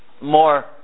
more